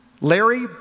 Larry